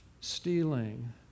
stealing